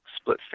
split